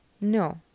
No